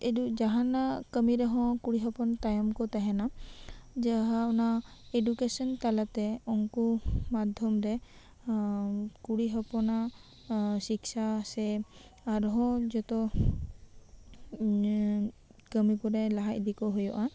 ᱮᱰᱩ ᱡᱟᱱᱟᱜ ᱠᱟᱹᱢᱤ ᱨᱮᱦᱚᱸ ᱠᱩᱲᱤ ᱦᱚᱯᱚᱱ ᱛᱟᱭᱚᱢ ᱠᱚ ᱛᱟᱸᱦᱮᱱᱟ ᱡᱟᱦᱟ ᱚᱱᱟ ᱮᱰᱩᱠᱨᱥᱚᱱ ᱛᱟᱞᱟᱛᱮ ᱩᱱᱠᱩ ᱢᱟᱫᱷᱚᱢ ᱨᱮ ᱠᱩᱲᱤ ᱦᱚᱯᱚᱱᱟᱜ ᱥᱤᱠᱥᱟ ᱥᱮ ᱟᱨᱦᱚᱸ ᱡᱚᱛᱚ ᱠᱟᱹᱢᱤ ᱠᱚᱨᱮ ᱞᱟᱦᱟ ᱤᱫᱤ ᱠᱚ ᱦᱩᱭᱩᱜᱼᱟ